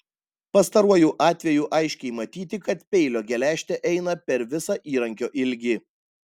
pastaruoju atveju aiškiai matyti kad peilio geležtė eina per visą įrankio ilgį